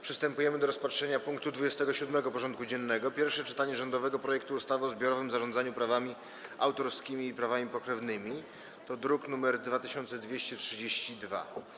Przystępujemy do rozpatrzenia punktu 27. porządku dziennego: Pierwsze czytanie rządowego projektu ustawy o zbiorowym zarządzaniu prawami autorskimi i prawami pokrewnymi (druk nr 2232)